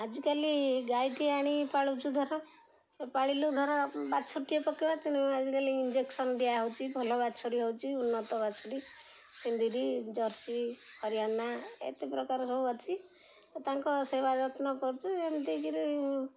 ଆଜିକାଲି ଗାଈଟି ଆଣି ପାଳୁଛୁ ଧର ସେ ପାଳିଲୁ ଧର ବାଛୁରୀଟିଏ ପକେଇବ ତେଣୁ ଆଜିକାଲି ଇଞ୍ଜେକ୍ସନ ଦିଆ ହେଉଛି ଭଲ ବାଛୁରୀ ହେଉଛି ଉନ୍ନତ ବାଛୁରୀ ସିନ୍ଦିରି ଜର୍ସି ହରିୟାନା ଏତେ ପ୍ରକାର ସବୁ ଅଛି ତାଙ୍କ ସେବା ଯତ୍ନ କରୁଛୁ ଯେମିତିକିରି